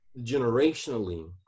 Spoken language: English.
generationally